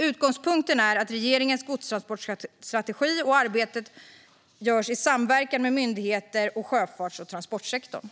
Utgångspunkten är att regeringens godstransportstrategi och arbetet görs i samverkan med myndigheter och sjöfarts och transportsektorn.